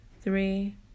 three